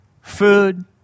food